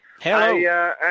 Hello